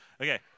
Okay